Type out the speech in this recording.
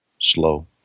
slow